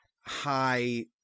high